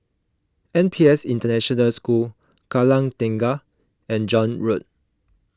N P S International School Kallang Tengah and John Road